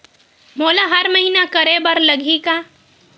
मोला हर महीना करे बर लगही का?